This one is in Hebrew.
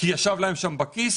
כי ישב להם שם בכיס?